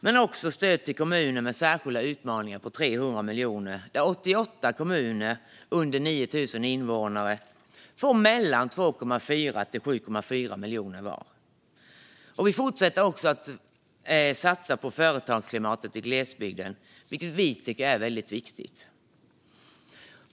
Vi ger också stöd till kommuner med särskilda utmaningar med 300 miljoner - 88 kommuner med under 9 000 invånare får mellan 2,4 och 7,4 miljoner var. Vi fortsätter också att satsa på företagsklimatet i glesbygden, vilket vi tycker är väldigt viktigt.